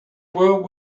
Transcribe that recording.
world